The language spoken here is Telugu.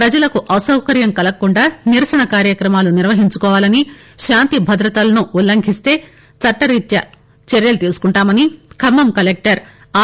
ప్రజలకు అసౌకర్యం కలగకుండా నిరసన కార్యక్రమాలు నిర్వహించుకోవాలని శాంతిభద్రతలను ఉల్లంఘిస్తే చట్టరీత్యా చర్యలు తీసుకుంటామని ఖమ్మం కలెక్టర్ ఆర్